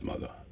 mother